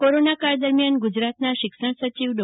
corona કાળ દરમિયાન ગુજરાતના શિક્ષણ સચિવ ડો